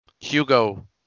Hugo